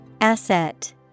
Asset